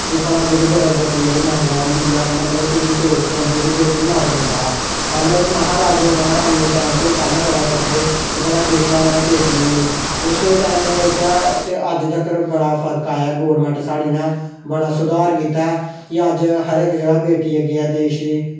कि भला गर्भवति जेह्ड़ा महिलाएं होंदियां ते बेटी गी जेह्ड़ा मारेआ जंदा हा ते पैह्लें राजें महाराज़े ' च ओह् इंया पता करदे हे कि भला बेटा होना जां बेटी होनी किश टैमें चा अज्ज धोड़ी बड़ा फर्क आया अज्ज धोड़ी गौरमेंट साढ़ी नै बड़ा सुधार कीता ऐ कि अज्ज हर जगह बेटी अग्गें ऐ देश दी